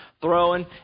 Throwing